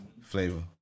Flavor